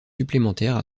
supplémentaires